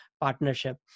partnership